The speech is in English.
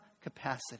capacity